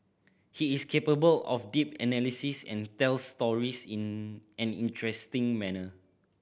he is capable of deep analysis and tells stories in an interesting manner